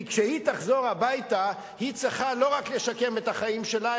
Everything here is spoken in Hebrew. כי כשהיא תחזור הביתה היא צריכה לא רק לשקם את החיים שלה,